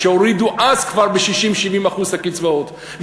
אז הורידו כבר ב-60% 70% את הקצבאות.